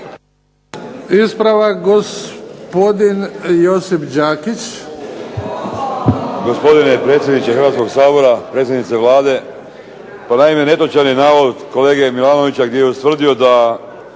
ispravak gospodin Josip Salapić.